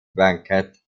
banquet